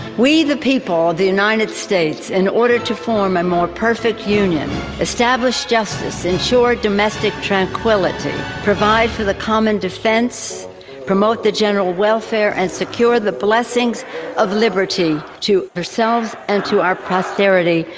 we the people the united states in order to form a more perfect union establish justice insure domestic tranquility provide for the common defense promote the general welfare and secure the blessings of liberty to ourselves and to our prosperity.